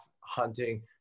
hunting